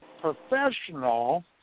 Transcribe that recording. professional